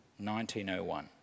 1901